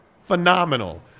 Phenomenal